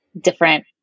different